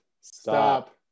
Stop